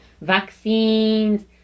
vaccines